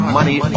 money